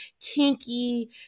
kinky